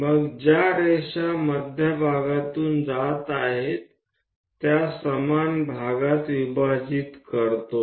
પછી લીટી કે જે કેન્દ્રમાંથી પસાર થાય છે તેને આપણે સમાન સંખ્યાના ભાગોમાં વહેંચીશું